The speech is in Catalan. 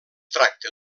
tracta